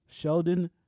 Sheldon